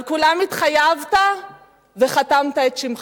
על כולם התחייבת וחתמת את שמך.